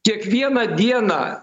kiekvieną dieną